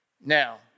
Now